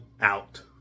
out